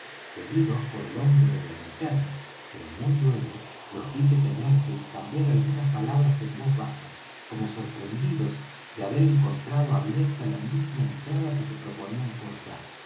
seguidos por el hombre de la linterna pero muy luego los ví detenerse y cambiar algunas palabras en voz baja como sorprendidos de haber encontrado abierta la misma entrada que se proponían forzar